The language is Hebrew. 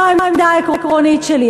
זו העמדה העקרונית שלי.